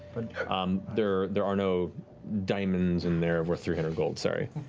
but um there there are no diamonds in there worth three hundred gold, sorry.